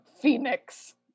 phoenix